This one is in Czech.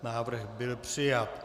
Návrh byl přijat.